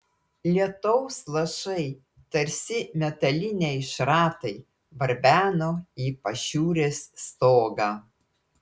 lietaus lašai tarsi metaliniai šratai barbeno į pašiūrės stogą